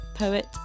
poet